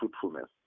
fruitfulness